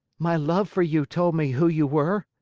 my love for you told me who you were.